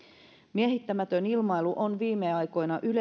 miehittämätön ilmailu on